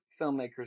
filmmakers